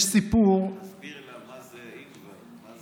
יש סיפור, תסביר לה מה זה, אם כבר.